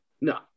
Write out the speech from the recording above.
No